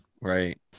right